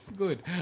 Good